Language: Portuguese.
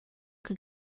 que